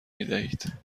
میدهید